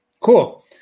Cool